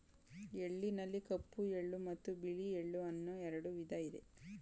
ಎಳ್ಳಿನಲ್ಲಿ ಕಪ್ಪು ಎಳ್ಳು ಮತ್ತು ಬಿಳಿ ಎಳ್ಳು ಅನ್ನೂ ಎರಡು ವಿಧ ಇದೆ